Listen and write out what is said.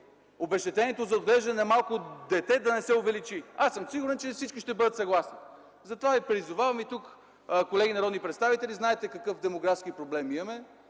обезщетението за отглеждане на малко дете да се увеличи? Аз съм сигурен, че всички ще бъдат съгласни. Затова, призовавам ви, колеги народни представители, знаете какъв демографски проблем имаме;